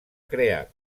crear